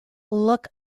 look